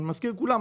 אני מזכיר לכולם,